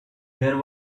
there